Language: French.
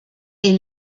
est